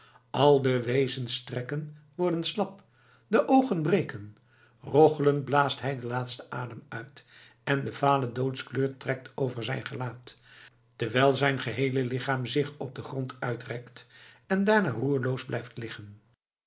al de wezenstrekken worden slap de oogen breken rochelend blaast hij den laatsten adem uit en de vale doodskleur trekt over zijn gelaat terwijl zijn geheele lichaam zich op den grond uitrekt en daarna roerloos blijft liggen